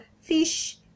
fish